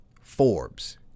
Forbes